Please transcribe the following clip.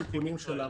דעתם של ראשי הערים